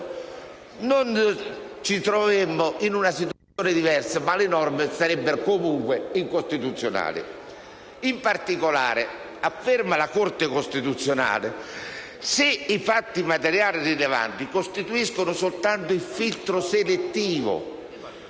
che pur trovandoci in una situazione diversa le norme sarebbero comunque incostituzionali. In particolare, afferma la Corte costituzionale che i «fatti materiali rilevanti», se costituiscono «soltanto il filtro selettivo,